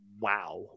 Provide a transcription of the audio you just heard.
Wow